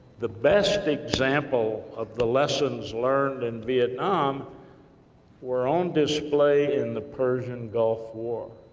the best example of the lessons learned in vietnam were on display in the persian gulf war,